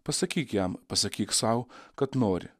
pasakyk jam pasakyk sau kad nori